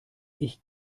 ich